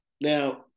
Now